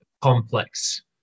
complex